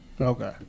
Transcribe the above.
Okay